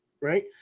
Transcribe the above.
Right